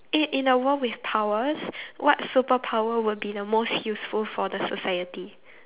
eh in a world with powers what superpower will be the most useful for the society